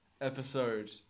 episode